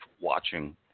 watching